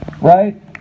right